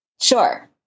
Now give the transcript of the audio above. Sure